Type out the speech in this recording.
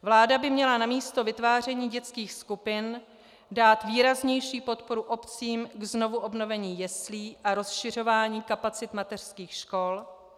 Vláda by měla namísto vytváření dětských skupin dát výraznější podporu obcím k znovuobnovení jeslí a rozšiřování kapacit mateřských škol.